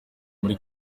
muri